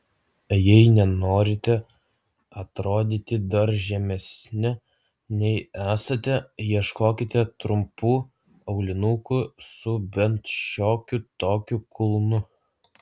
jei nenorite atrodyti dar žemesnė nei esate ieškokite trumpų aulinukų su bent šiokiu tokiu kulnu